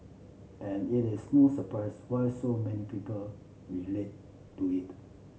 and it is no surprise why so many people relate to it